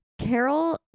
carol